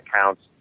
counts